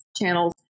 channels